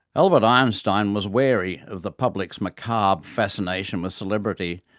albert einstein was wary of the public's macabre fascination with celebrity,